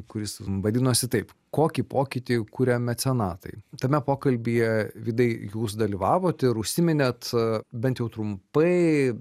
kuris vadinosi taip kokį pokytį kuria mecenatai tame pokalbyje vydai jūs dalyvavot ir užsiminėt bent jau trumpai